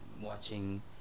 watching